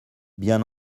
bien